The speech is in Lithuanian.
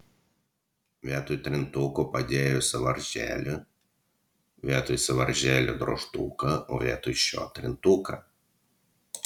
vietoj trintuko padėjo sąvaržėlių vietoj sąvaržėlių drožtuką o vietoj šio trintuką